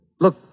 Look